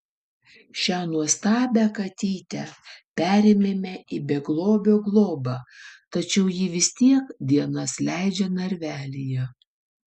šią nuostabią katytę perėmėme į beglobio globą tačiau ji vis tiek dienas leidžia narvelyje